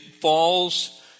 falls